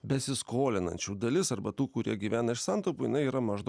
besiskolinančių dalis arba tų kurie gyvena iš santaupų jinai yra maždaug